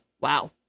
wow